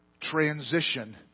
transition